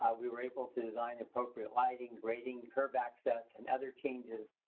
we were able to design appropriate lighting, grading, curb access, and other changes,